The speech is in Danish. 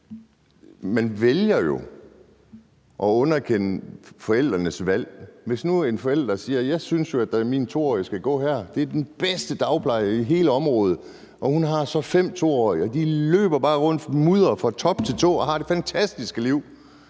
Man vælger jo at underkende forældrenes valg. Lad os sige, at en forælder siger: Jeg synes, at min 2-årige skal gå her, for det er den bedste dagpleje i hele området. Der er så fem 2-årige, og de løber bare rundt med mudder fra top til tå og har et fantastisk liv.